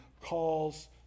calls